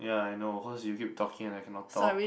ya I know cause you keep talking and I cannot talk